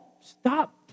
stop